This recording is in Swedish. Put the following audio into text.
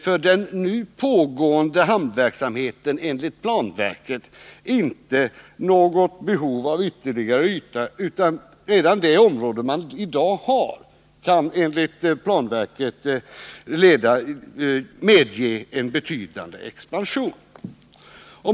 För den nu pågående hamnverksamheten finns enligt planverket inte något behov av ytterligare yta, utan redan det område man i dag har kan enligt planverket medge en betydande expansion.